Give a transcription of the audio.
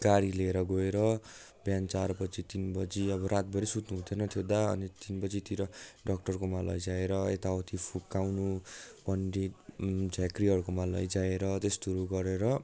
गाडी लिएर गएर बिहान चारबजी तिनबजी अब रातभरि सुत्नु हुँदैनथ्यो दा अनि तिनबजीतिर डाक्टरकोमा लैजाएर यताउति फुकाउनु पण्डित झाँक्रीहरूकोमा लैजाएर त्यस्तोहरू गरेर